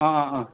अँ अँ अँ